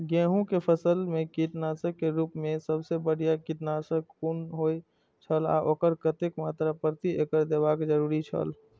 गेहूं के फसल मेय कीटनाशक के रुप मेय सबसे बढ़िया कीटनाशक कुन होए छल आ ओकर कतेक मात्रा प्रति एकड़ देबाक जरुरी छल?